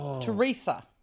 Teresa